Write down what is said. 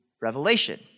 revelation